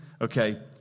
okay